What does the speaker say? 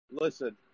listen